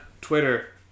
Twitter